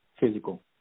Physical